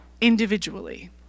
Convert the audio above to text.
individually